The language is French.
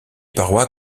parois